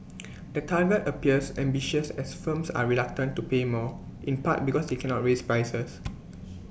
the target appears ambitious as firms are reluctant to pay more in part because they cannot raise prices